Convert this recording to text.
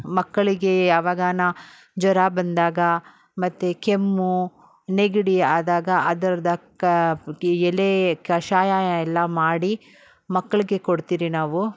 ಮಕ್ಕಳಿಗೆ ಯಾವಾಗಾರು ಜ್ವರ ಬಂದಾಗ ಮತ್ತು ಕೆಮ್ಮು ನೆಗಡಿ ಆದಾಗ ಅದರ್ದ್ದು ಕ ಎಲೆ ಕಷಾಯ ಎಲ್ಲ ಮಾಡಿ ಮಕ್ಕಳಿಗೆ ಕೊಡ್ತೀರಿ ನಾವು